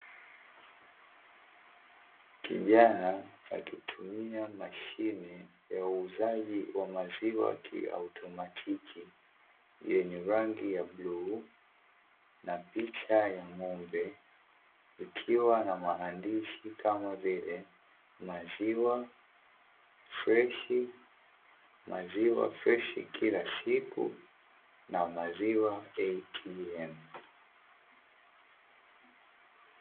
Kijana akitumia mashine ya uuzaji wa maziwa kiautomatiki yenye rangi ya bluu na picha ya ng'ombe ikiwa na maandishi, kama vile; maziwa freshi, maziwa freshi kila siku na maziwa ATM.